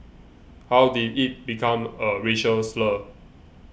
how did it become a racial slur